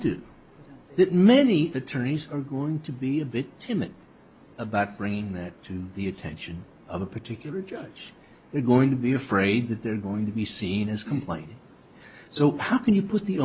do that many attorneys are going to be a bit timid about bringing that to the attention of a particular judge they're going to be afraid that they're going to be seen as complaining so how can you put the